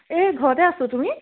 এই ঘৰতে আছোঁ তুমি